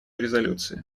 резолюции